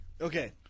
Okay